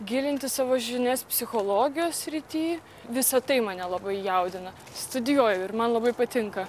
gilinti savo žinias psichologijos srity visa tai mane labai jaudina studijuoju ir man labai patinka